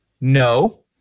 no